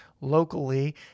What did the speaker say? locally